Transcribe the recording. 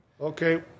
Okay